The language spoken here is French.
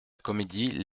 comédie